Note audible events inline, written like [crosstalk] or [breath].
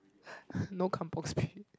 [breath] no kampung spirit